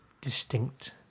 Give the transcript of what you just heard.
distinct